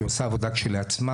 שעושה עבודה כשלעצמה,